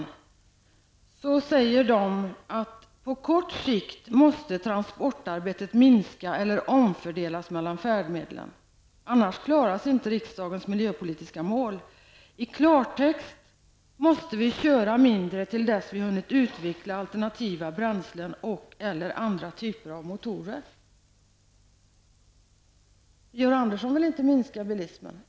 Den säger att transportarbetet på kort sikt måste minska eller omfördelas mellan färdmedlen. Annars klarar sig inte riksdagens miljöpolitiska mål. I klartext måste vi köra mindre till dess att vi hunnit utveckla alternativa bränslen och/eller andra typer av motorer. Georg Andersson vill inte minska bilismen.